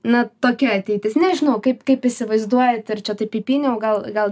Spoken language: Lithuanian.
na tokia ateitis nežinau kaip kaip įsivaizduojat ir čia taip įpyniau gal gal